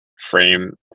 frame